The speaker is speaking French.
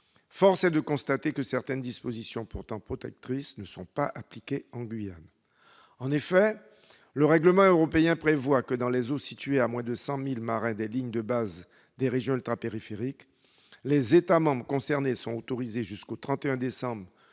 force est de constater que certaines dispositions, pourtant protectrices, ne sont pas appliquées en Guyane. En effet, le règlement européen prévoit que, dans les eaux situées à moins de 100 milles marins des lignes de base des régions ultrapériphériques, les États membres concernés sont autorisés, jusqu'au 31 décembre